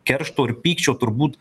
keršto ir pykčio turbūt